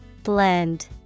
Blend